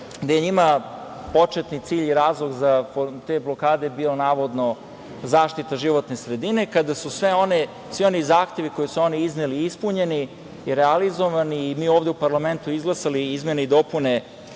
gde je njima početni cilj i razlog za te blokade bio navodno, zaštita životne sredine, kada su svi oni zahtevi koje su oni izneli ispunjeni i realizovani i mi ovde u parlamentu izglasali izmene i dopune